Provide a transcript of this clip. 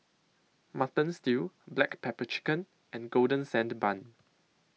Mutton Stew Black Pepper Chicken and Golden Sand Bun